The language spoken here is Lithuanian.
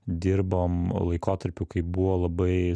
dirbom laikotarpiu kai buvo labai